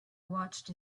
watched